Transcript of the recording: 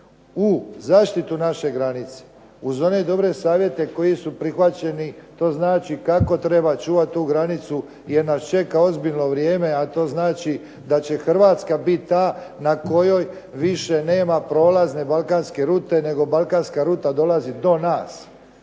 u zaštitu naše granice, uz one dobre savjete koji su prihvaćeni. To znači kako treba čuvati tu granicu jer nas čeka ozbiljno vrijeme, a to znači da će Hrvatska biti ta na kojoj više nema prolazne balkanske rute, nego balkanska ruta dolazi do nas.